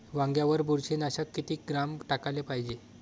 वांग्यावर बुरशी नाशक किती ग्राम टाकाले पायजे?